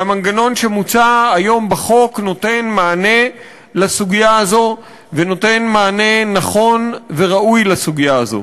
המנגנון שמוצע היום בחוק נותן מענה ראוי ונכון על סוגיה הזו.